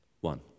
One